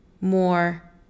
more